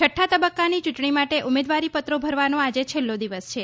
છઠ્ઠા તબક્કાની ચૂંટણી માટે ઉમેદવારી પત્રો ભરવાનો આજે છેલ્લો દિવસ છે